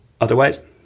otherwise